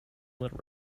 little